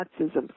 nazism